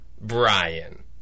Brian